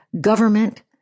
government